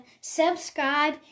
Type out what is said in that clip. subscribe